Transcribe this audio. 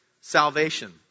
salvation